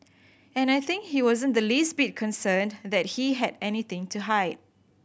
and I think he wasn't the least bit concerned that he had anything to hide